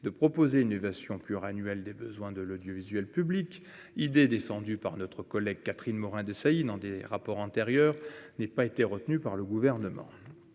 de proposer une élévation pur annuelle des besoins de l'audiovisuel public, idée défendue par notre collègue Catherine Morin-Desailly dans des rapports antérieurs n'ait pas été retenues par le gouvernement,